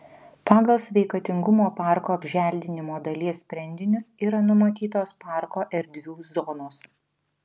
pagal sveikatingumo parko apželdinimo dalies sprendinius yra numatytos parko erdvių zonos